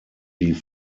die